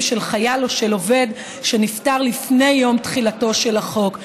של חייל או של עובד שנפטר לפני יום תחילתו של החוק.